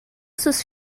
sus